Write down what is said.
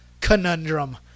conundrum